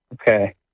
Okay